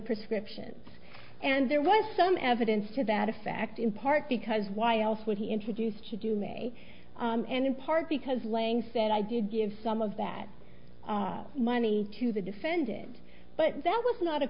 prescriptions and there was some evidence to that effect in part because why else would he introduced to do may and in part because laying said i did give some of that money to the defended but that was not a